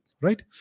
right